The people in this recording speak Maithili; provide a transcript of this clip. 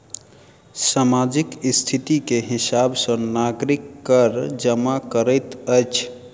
सामाजिक स्थिति के हिसाब सॅ नागरिक कर जमा करैत अछि